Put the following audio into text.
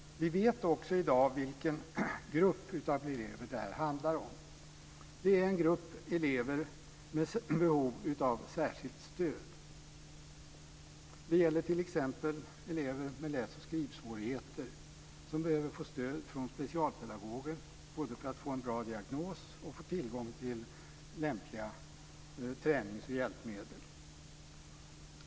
Vi vet också i dag vilken grupp av elever det här handlar om. Det är en grupp elever med behov av särskilt stöd. Det gäller t.ex. elever med läs och skrivsvårigheter som behöver få stöd från specialpedagoger både för att få en bra diagnos och för att få tillgång till lämpliga tränings och hjälpmedel.